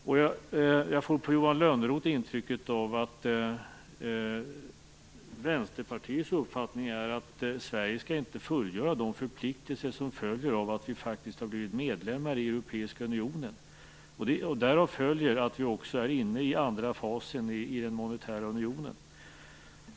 När det gäller Johan Lönnroth har jag fått intrycket att Vänsterpartiets uppfattning är att Sverige inte skall fullgöra de förpliktelser som följer av att vi faktiskt har blivit medlemmar i Europeiska unionen. Därav följer att vi också är inne i andra fasen i den monetära unionen.